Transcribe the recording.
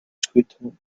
souhaitons